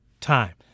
time